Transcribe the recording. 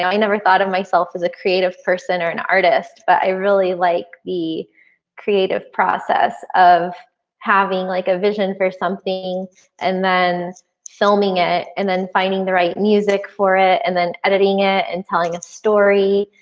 i never thought of myself as a creative person or an artist, but i really like the creative process of having like a vision for something and then filming it and then finding the right music for it and then editing it and telling a story.